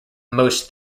most